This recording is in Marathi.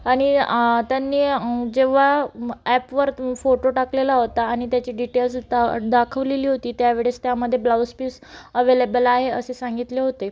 आणि त्यांनी जेव्हा ॲपवर फोटो टाकलेला होता आणि त्याची डिटेल्स दा दाखवलेली होती त्यावेळेस त्यामध्ये ब्लाऊज पीस अवेलेबल आहे असे सांगितले होते